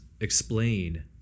explain